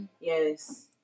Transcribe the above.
yes